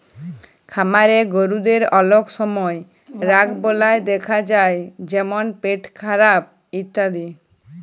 খামারের গরুদের অলক সময় রগবালাই দ্যাখা যায় যেমল পেটখারাপ ইত্যাদি